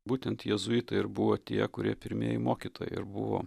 būtent jėzuitai ir buvo tie kurie pirmieji mokytojai ir buvo